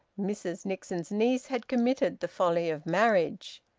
mrs nixon's niece had committed the folly of marriage,